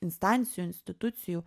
instancijų institucijų